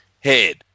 head